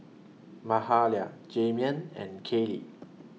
Mahalia Jaheim and Kaley